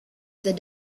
that